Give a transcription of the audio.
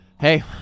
Hey